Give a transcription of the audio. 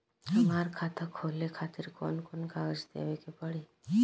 हमार खाता खोले खातिर कौन कौन कागज देवे के पड़ी?